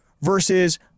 versus